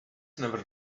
never